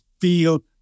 feel